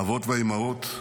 האבות והאימהות,